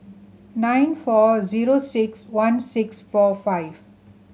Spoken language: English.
nine four zero six one six four five